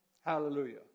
Hallelujah